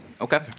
Okay